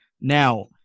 now